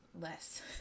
less